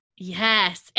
Yes